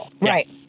Right